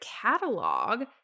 catalog